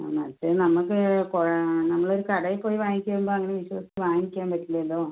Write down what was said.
ആ മറ്റെ നമുക്ക് കുറെ നമ്മൾ കടയിൽ പോയി വാങ്ങിക്കുമ്പോൾ അങ്ങന വിശ്വസിച്ച് വാങ്ങിക്കാൻ പറ്റില്ലല്ലോ